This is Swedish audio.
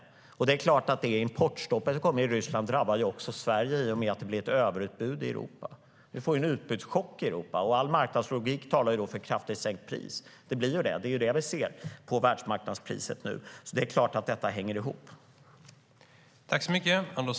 Och det är klart att det importstopp som kom i Ryssland också drabbar Sverige i och med att det blir ett överutbud i Europa. Vi får en utbudschock i Europa. All marknadslogik talar för ett kraftigt sänkt pris. Det är det vi ser när det gäller världsmarknadspriset nu. Det är klart att detta hänger ihop.